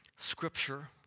Scripture